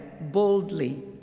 boldly